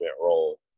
role